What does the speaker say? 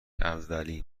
اولین